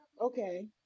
Okay